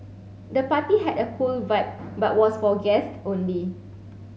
the party had a cool vibe but was for guests only